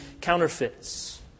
counterfeits